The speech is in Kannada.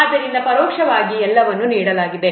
ಆದ್ದರಿಂದ ಪರೋಕ್ಷವಾಗಿ ಎಲ್ಲವನ್ನೂ ನೀಡಲಾಗಿದೆ